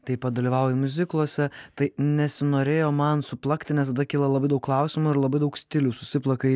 taip pat dalyvauju miuzikluose tai nesinorėjo man suplakti nes tada kyla labai daug klausimų ir labai daug stilių susiplaka į vieną